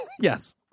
Yes